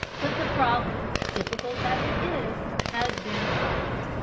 but the problem, difficult as it is, has been solved,